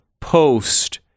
post